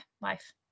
life